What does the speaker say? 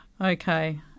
Okay